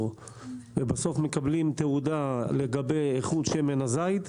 ובסוף מקבלים תעודה לגבי איכות שמן הזית.